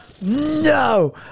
no